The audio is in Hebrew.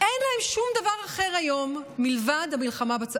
אין להם שום דבר אחר היום מלבד המלחמה.